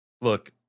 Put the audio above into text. look